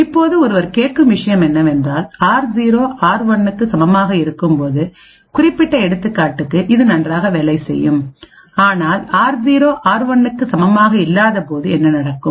இப்போது ஒருவர் கேட்கும் விஷயம் என்னவென்றால் ஆர்0 ஆர்1 க்கு சமமாக இருக்கும்போது குறிப்பிட்ட எடுத்துக்காட்டுக்கு இது நன்றாக வேலை செய்யும் ஆனால் ஆர்0 ஆர்1 க்கு சமமாக இல்லாதபோது என்ன நடக்கும்